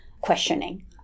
questioning